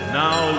now